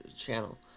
channel